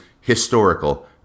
historical